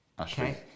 Okay